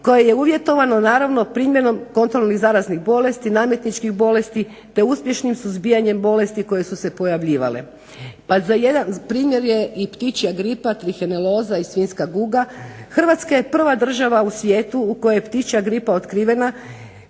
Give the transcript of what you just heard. koje je uvjetovano naravno primjenom kontrolnih zaraznih bolesti, nametničkih bolesti te uspješnim suzbijanjem bolesti koje su se pojavljivale. Jedan primjer je i ptičja gripa, triheneloza i svjetska kuga. Hrvatska je prva država u svijetu u kojoj je ptičja gripa otkrivena